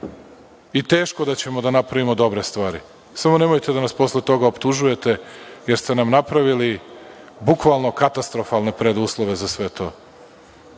I teško da ćemo da napravimo dobre stvari, samo nemojte da nas posle toga optužujete, jer ste nam napravili bukvalno katastrofalne preduslove za sve to. Što